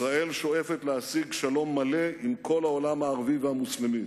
ישראל שואפת להשיג שלום מלא עם כל העולם הערבי והמוסלמי,